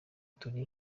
turi